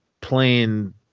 playing